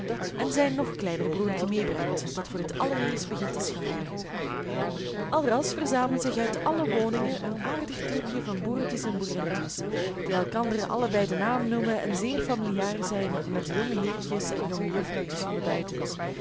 en zijn nog kleiner broertje meebrengt dat voor het allereerst begint te scharrelen alras verzamelt zich uit alle woningen een aardig troepje van boertjes en boerinnetjes die elkander alle bij den naam noemen en zeer familiaar zijn met de jonge heertjes en jonge juffrouwtjes van de